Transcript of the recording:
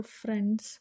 friends